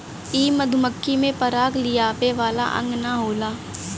इ मधुमक्खी में पराग लियावे वाला अंग ना होला